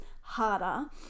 Harder